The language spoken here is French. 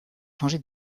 changé